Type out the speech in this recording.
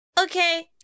Okay